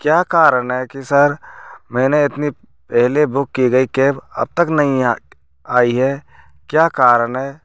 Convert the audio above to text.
क्या कारण है की सर मैने इतनी पहले बुक की गई कैब अब तक नही आ आई है क्या कारण है